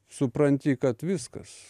supranti kad viskas